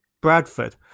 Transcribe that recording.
Bradford